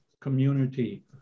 community